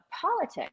politics